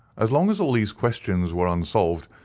as long as all these questions were unsolved,